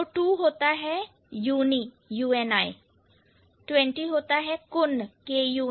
तो 2 होता है uni और 20 होता है kun